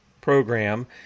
program